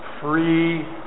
free